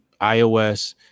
iOS